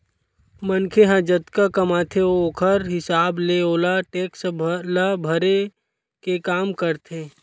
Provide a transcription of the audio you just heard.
मनखे ह जतका कमाथे ओखर हिसाब ले ओहा टेक्स ल भरे के काम करथे